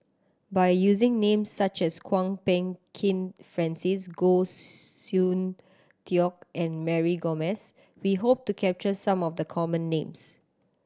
by using names such as Kwok Peng Kin Francis Goh Soon Tioe and Mary Gomes we hope to capture some of the common names